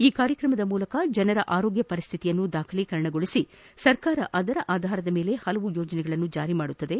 ಈ ಕಾರ್ಯಕ್ರಮದ ಮೂಲಕ ಜನರ ಆರೋಗ್ಯ ಪರಿಸ್ತಿತಿಯನ್ನು ದಾಖಲೀಕರಣಗೊಳಿಸಿ ಸರ್ಕಾರ ಅದರ ಅಧಾರ ಮೇಲೆ ಹಲವು ಯೋಜನೆಗಳನ್ನು ಜಾರಿ ಮಾಡುತ್ತದೆ